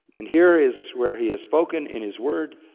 and here is where he has spoken in his word.